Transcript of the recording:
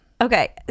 Okay